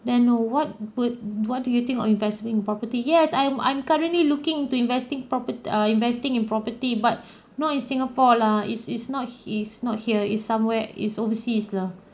then no what would what do you think of investing in property yes I'm I'm currently looking into investing property err investing in property but not in singapore lah is is not is not here is somewhere is overseas lah